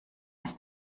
ist